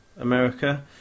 America